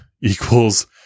equals